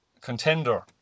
contender